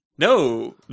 no